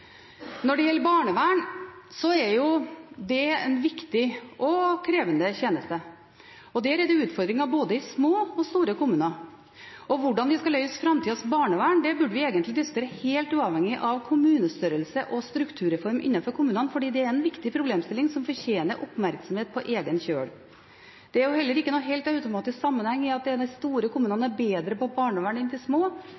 Når det gjelder barnevern, er det en viktig og krevende tjeneste. Der er det utfordringer både i små og store kommuner. Hvordan vi skal løse framtidas barnevern, burde vi egentlig diskutere helt uavhengig av kommunestørrelse og strukturreform innenfor kommunene, fordi det er en viktig problemstilling som fortjener oppmerksomhet på egen kjøl. Det er heller ikke noen helt automatisk sammenheng i at de store kommunene